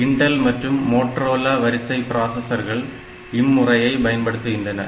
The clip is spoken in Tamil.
இன்டல் மற்றும் மோட்டரோலா வரிசை பிராசஸர்கள் இம்முறையை பயன்படுத்துகின்றன